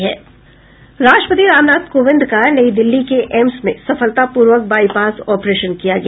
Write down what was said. राष्ट्रपति रामनाथ कोविंद का नई दिल्ली के एम्स में सफलतापूर्वक बाईपास ऑपरेशन किया गया